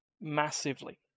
massively